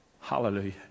Hallelujah